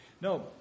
No